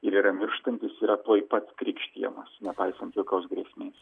ir yra mirštantis yra tuoj pat krikštijamas nepaisant jokios grėsmės